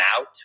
out